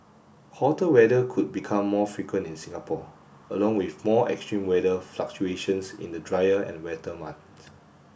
hotter weather could become more frequent in Singapore along with more extreme weather fluctuations in the drier and wetter months